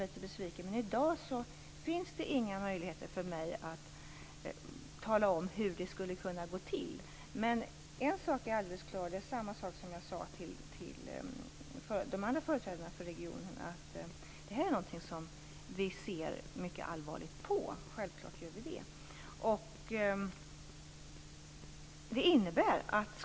Vi diskuterade detta, men i dag kan jag inte tala om hur det skulle kunna gå till - jag är hemskt ledsen över att behöva göra Sven Bergström litet besviken. En sak är ändå alldeles klar, nämligen att vi ser mycket allvarligt på det här. Det framförde jag också till de andra företrädarna för regionen.